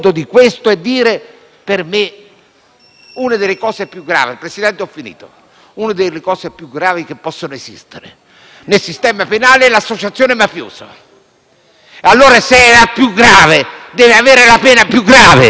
una delle cose più gravi che possano esistere nel sistema penale è l'associazione mafiosa. Se è la più grave, allora deve avere la pena più grave; non può avere la pena più alta